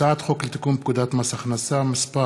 הצעת חוק לתיקון פקודת מס הכנסה (מס'